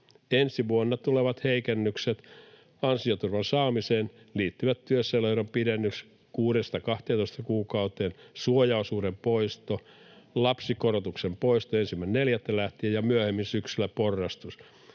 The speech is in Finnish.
Ensi vuonna tulevat heikennykset ansioturvan saamiseen — työssäoloehdon pidennys kuudesta kahteentoista kuukauteen, suojaosuuden poisto, lapsikorotuksen poisto 1.4. lähtien ja myöhemmin syksyllä porrastus